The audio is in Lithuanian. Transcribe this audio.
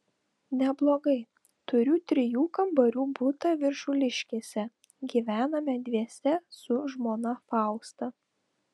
neblogai turiu trijų kambarių butą viršuliškėse gyvename dviese su žmona fausta